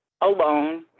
alone